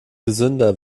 gesünder